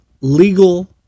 legal